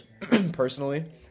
personally